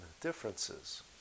differences